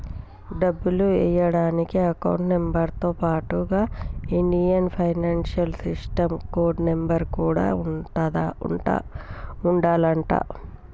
డబ్బులు ఎయ్యడానికి account number తో పాటుగా Indian financial system code number కూడా ఉండాలంట